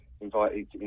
invited